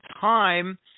time